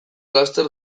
laster